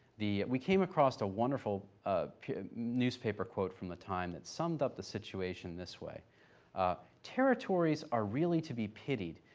we came across a wonderful ah newspaper quote from the time that summed up the situation this way ah territories are really to be pitied.